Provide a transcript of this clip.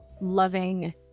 loving